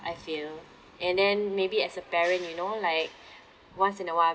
I feel and then maybe as a parent you know like once in a while